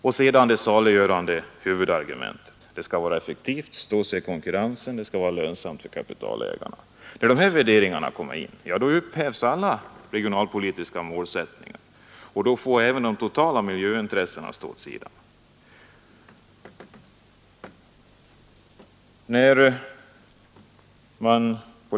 Och det saliggörande huvudargumentet är: det skall vara effektivt, det skall stå sig i konkurrensen, det skall vara lönsamt för kapitalägarna. När de här värderingarna kommer in upphävs alla regionalpolitiska målsättningar, och då ställs även de totala miljöintressena åt sidan.